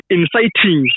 inciting